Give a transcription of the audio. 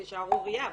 זה שערורייה,